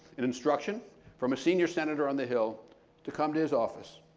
an instruction from a senior senator on the hill to come to his office.